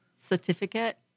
certificate